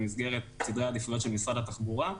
במסגרת סדרי העדיפויות של משרד התחבורה,